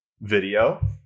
video